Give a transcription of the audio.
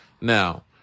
now